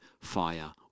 fire